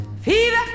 Fever